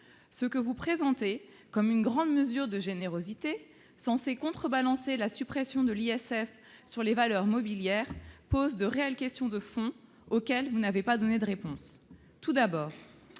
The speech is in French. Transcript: Ce que vous présentez comme une grande mesure de générosité, censée contrebalancer la suppression de l'ISF sur les valeurs mobilières, pose de réelles questions de fond auxquelles vous n'avez pas donné de réponse. Tout d'abord,